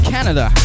Canada